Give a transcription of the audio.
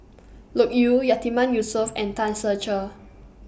Loke Yew Yatiman Yusof and Tan Ser Cher